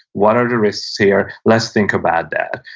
what are the risks here? let's think about that.